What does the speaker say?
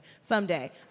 someday